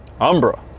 Umbra